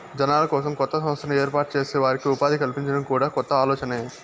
జనాల కోసం కొత్త సంస్థను ఏర్పాటు చేసి వారికి ఉపాధి కల్పించడం కూడా కొత్త ఆలోచనే